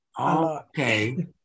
okay